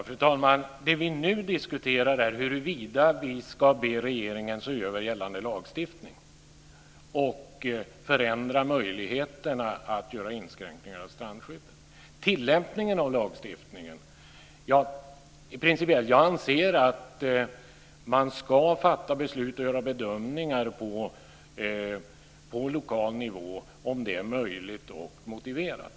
Fru talman! Det vi nu diskuterar är huruvida vi ska be regeringen att se över gällande lagstiftning och eventuellt förändra möjligheterna att göra inskränkningar i strandskyddet. När det gäller tillämpningen av lagstiftningen anser jag att man ska fatta beslut och göra bedömningar på lokal nivå om det är möjligt och motiverat.